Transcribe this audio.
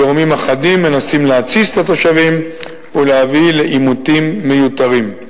גורמים אחדים מנסים להתסיס את התושבים ולהביא לעימותים מיותרים.